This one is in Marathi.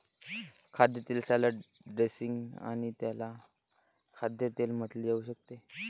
खाद्यतेल सॅलड ड्रेसिंग आणि त्याला खाद्यतेल म्हटले जाऊ शकते